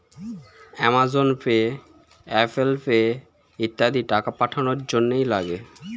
Amazon Pay, Apple Pay ইত্যাদি টাকা পাঠানোর জন্যে লাগে